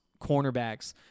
cornerbacks